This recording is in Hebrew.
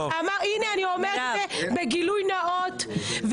הנה, אני אומרת בגילוי נאות.